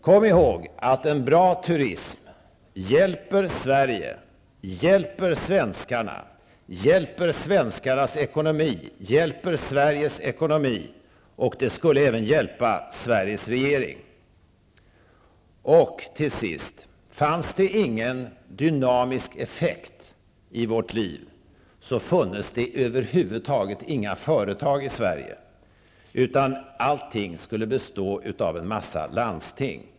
Kom ihåg att en bra turism hjälper Sverige, hjälper svenskarna, hjälper svenskarnas ekonomi, hjälper Sveriges ekonomi -- och den skulle även hjälpa Sveriges regering. Till sist: Fanns det ingen dynamisk effekt i vårt liv, så funnes det över huvud taget inga företag i Sverige, utan allting skulle bestå av en massa landsting.